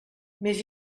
més